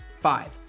five